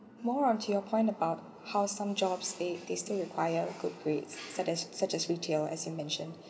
more onto your point about how some jobs they they still require good grades such as such as retail as you mentioned